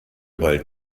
bald